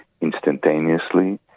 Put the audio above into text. instantaneously